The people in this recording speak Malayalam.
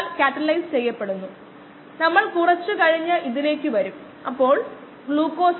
ഈ 5 എന്ന നമ്പർ ലഭിക്കാൻ നമ്മൾ കണക്കാക്കിയ v 0